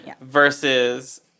versus